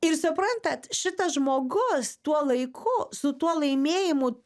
ir suprantat šitas žmogus tuo laiku su tuo laimėjimu